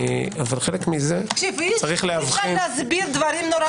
אבל חלק מזה- -- אי אפשר להסביר דברים נוראיים.